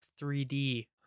3D